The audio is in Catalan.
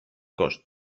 cost